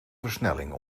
versnelling